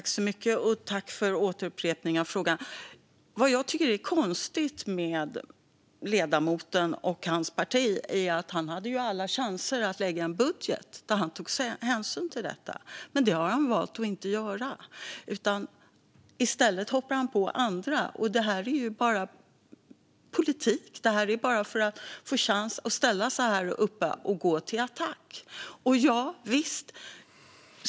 Fru talman! Jag tackar för den upprepade frågan. Vad jag tycker är konstigt med ledamoten och hans parti är att han hade alla chanser att lägga fram en budget där han kunde ta hänsyn till detta. Men det har han valt att inte göra. I stället hoppar han på andra. Det är bara politik. Det här är bara en chans att ställa sig här och gå till attack. Visst!